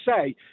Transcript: say